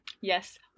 Yes